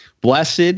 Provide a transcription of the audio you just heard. Blessed